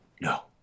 No